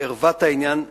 ערוות העניין תתגלה,